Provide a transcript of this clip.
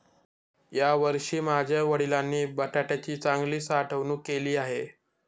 यावर्षी माझ्या वडिलांनी बटाट्याची चांगली साठवणूक केली आहे